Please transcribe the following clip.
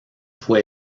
fue